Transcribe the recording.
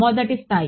మొదటి స్థాయి